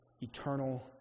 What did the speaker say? eternal